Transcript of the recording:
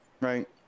right